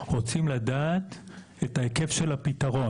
רוצים לדעת את ההיקף של הפתרון,